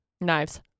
Knives